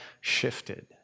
shifted